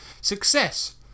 Success